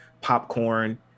popcorn